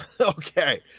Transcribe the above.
okay